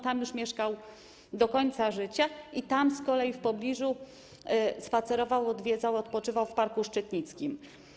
Tam już mieszkał do końca życia i tam z kolei w pobliżu spacerował, odwiedzał... odpoczywał w parku Szczytnickim.